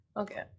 Okay